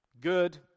Good